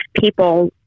people